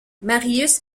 marius